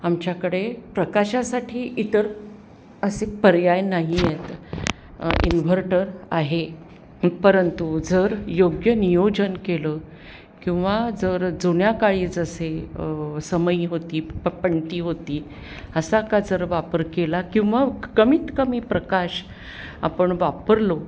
आमच्याकडे प्रकाशासाठी इतर असे पर्याय नाही आहेत इन्व्हर्टर आहे परंतु जर योग्य नियोजन केलं किंवा जर जुन्या काळी जसे समई होती पणती होती असा का जर वापर केला किंवा कमीत कमी प्रकाश आपण वापरलो